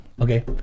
okay